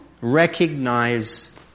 recognize